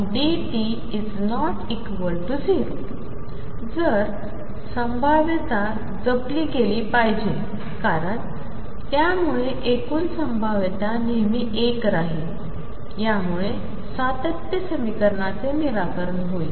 आणिजरसंभाव्यताजपलीगेलीपाहिजेकारणत्यामुळेएकूणसंभाव्यतानेहमी 1 राहीलयामुळेसातत्यसमीकरनाचेनिराकरणहोईल